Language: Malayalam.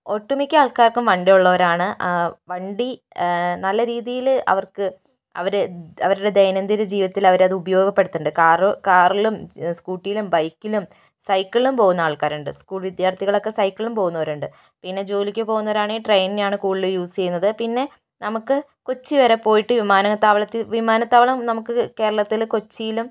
ഒട്ടുമിക്ക ആൾക്കാർക്കും വണ്ടിയുള്ളവരാണ് വണ്ടി നല്ല രീതിയിൽ അവർക്ക് അവര് അവരുടെ ദൈനദിന ജീവിതത്തിൽ അവരത് ഉപയോഗപ്പെടുത്തുന്നുണ്ട് കാറോ കാറിലും സ്ക്കൂട്ടിയിലും ബൈക്കിലും സൈക്കിളിലും പോകുന്ന ആൾക്കാരുണ്ട് സ്കൂൾ വിദ്യാർത്ഥികളൊക്കെ സൈക്കിളിലും പോകുന്നവരുണ്ട് പിന്നെ ജോലിക്ക് പോകുന്നവരാണെങ്കിൽ ട്രെയിനിനെയാണ് കൂടുതൽ യൂസ് ചെയ്യുന്നത് പിന്നെ നമുക്ക് കൊച്ചി വരെ പോയിട്ട് വിമാനത്താവളത്തിൽ വിമാനത്താവളം നമുക്ക് കേരളത്തിൽ കൊച്ചിയിലും